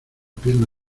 pierna